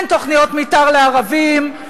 אין תוכניות מיתאר לערבים,